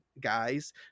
guys